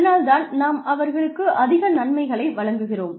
அதனால் தான் நாம் அவர்களுக்கு அதிக நன்மைகளை வழங்குகிறோம்